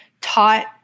taught